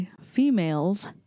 females